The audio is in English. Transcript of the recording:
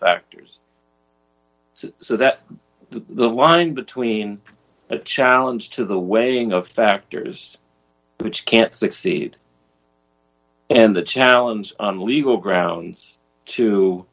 factors so that the line between a challenge to the weighing of factors which can't succeed and the challenge on legal grounds to